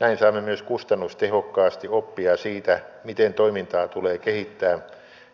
näin saamme myös kustannustehokkaasti oppia siitä miten toimintaa tulee kehittää